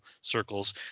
circles